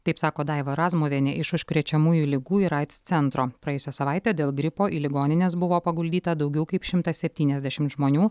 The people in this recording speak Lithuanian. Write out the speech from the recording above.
taip sako daiva razmuvienė iš užkrečiamųjų ligų ir aids centro praėjusią savaitę dėl gripo į ligonines buvo paguldyta daugiau kaip šimtas septyniasdešimt žmonių